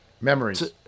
Memories